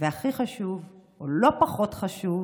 והכי חשוב, או לא פחות חשוב,